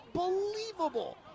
Unbelievable